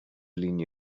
linie